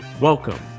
welcome